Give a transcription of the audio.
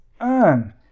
earn